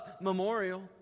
Memorial